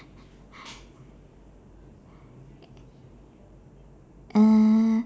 uh